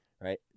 right